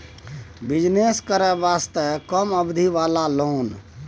Business करे वास्ते कम अवधि वाला लोन?